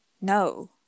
no